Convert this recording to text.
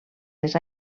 les